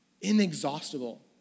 Inexhaustible